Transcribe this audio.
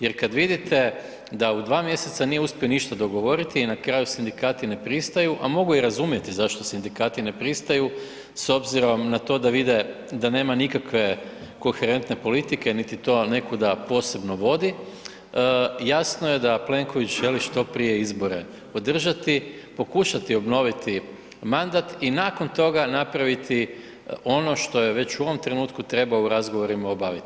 Jer kad vidite da u 2 mjeseca nije uspio ništa dogovoriti i na kraju sindikati ne pristaju, a mogu i razumjeti zašto sindikati ne pristaju s obzirom na to da vide da nema nikakve koherentne politike niti to nekuda posebno vodi, jasno je da Plenković želi što prije izbore održati, pokušati obnoviti mandat i nakon toga napraviti ono što je već u ovom trenutku trebao u razgovorima obaviti.